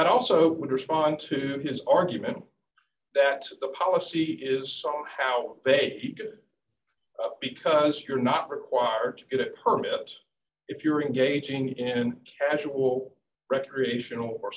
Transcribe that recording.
i also would respond to his argument that the policy is somehow they get it because you're not required to get it permit if you're engaging in casual recreational or